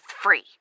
free